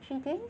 three days